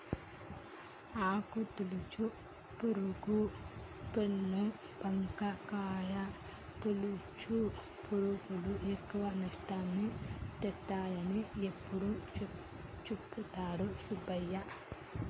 ఆకు తొలుచు పురుగు, పేను బంక, కాయ తొలుచు పురుగులు ఎక్కువ నష్టాన్ని తెస్తాయని ఎప్పుడు చెపుతాడు సుబ్బయ్య